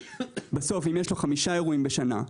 אם יש לו חמישה אירועים בשנה,